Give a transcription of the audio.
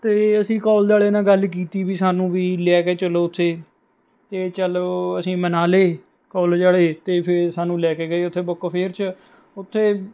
ਅਤੇ ਅਸੀਂ ਕੋਲੇਜ ਵਾਲਿਆਂ ਨਾਲ ਗੱਲ ਕੀਤੀ ਵੀ ਸਾਨੂੰ ਵੀ ਲੈ ਕੇ ਚੱਲੋ ਉੱਥੇ ਅਤੇ ਚਲੋ ਅਸੀਂ ਮਨਾ ਲਏ ਕੋਲੇਜ ਵਾਲੇ ਅਤੇ ਫਿਰ ਸਾਨੂੰ ਲੈ ਕੇ ਗਏ ਉੱਥੇ ਬੁੱਕ ਫੇਅਰ 'ਚ ਉੱਥੇ